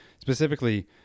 specifically